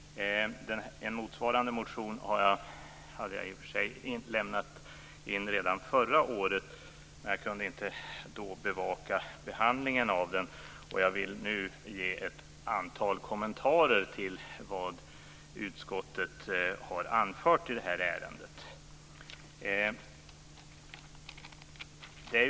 Jag väckte redan förra året en motsvarande motion, men jag kunde då inte bevaka behandlingen av den. Jag vill nu ge ett antal kommentarer till vad utskottet har anfört i ärendet.